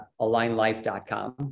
AlignLife.com